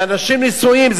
ואנשים נשואים.